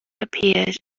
appeared